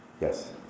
Yes